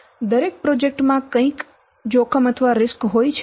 દરેક પ્રોજેક્ટ માં કંઈક જોખમ હોય છે